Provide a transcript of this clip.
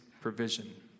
provision